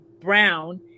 brown